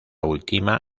última